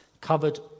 covered